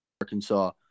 Arkansas